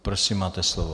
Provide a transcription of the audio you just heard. Prosím, máte slovo.